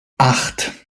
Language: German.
acht